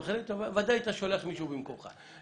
אתה בוודאי שולח מישהו במקומך.